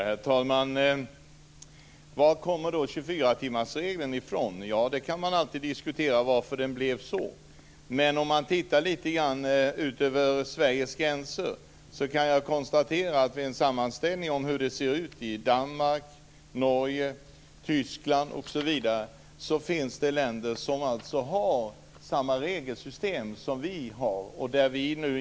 Herr talman! Varifrån kommer då 24 timmarsregeln? Ja, man kan alltid diskutera varför regeln blev som den blev. Om jag litet grand blickar utanför Sveriges gränser kan jag vid en sammanställning av hur det ser ut i Danmark, Norge, Tyskland m.fl. länder konstatera att det finns länder som har samma regelsystem som vi.